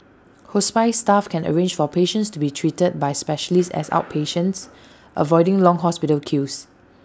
hospice staff can arrange for patients to be treated by specialists as outpatients avoiding long hospital queues